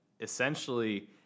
essentially